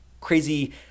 crazy